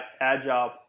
agile